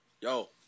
yo